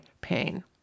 pain